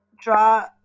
draw